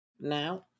Now